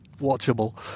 watchable